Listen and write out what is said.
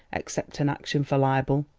except an action for libel.